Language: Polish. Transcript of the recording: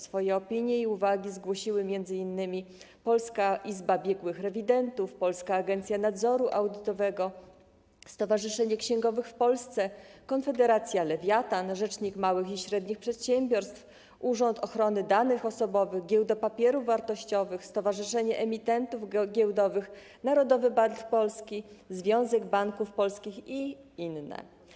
Swoje opinie i uwagi zgłosiły m.in.: Polska Izba Biegłych Rewidentów, Polska Agencja Nadzoru Audytowego, Stowarzyszenie Księgowych w Polsce, Konfederacja Lewiatan, rzecznik małych i średnich przedsiębiorców, Urząd Ochrony Danych Osobowych, Giełda Papierów Wartościowych, Stowarzyszenie Emitentów Giełdowych, Narodowy Bank Polski, Związek Banków Polskich i inne.